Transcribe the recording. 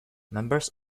members